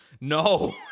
No